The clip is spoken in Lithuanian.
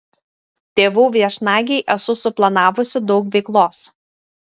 tėvų viešnagei esu suplanavusi daug veiklos